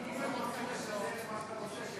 אם הם רוצים לשדר את מה שאתה רוצה,